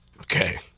okay